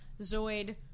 Zoid